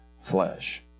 flesh